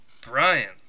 Brian